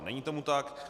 Není tomu tak.